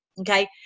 okay